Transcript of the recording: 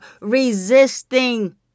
resisting